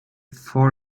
far